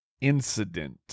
incident